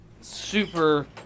super